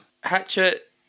Hatchet